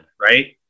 right